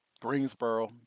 Greensboro